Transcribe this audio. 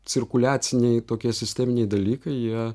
cirkuliaciniai tokie sisteminiai dalykai jie